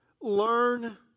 learn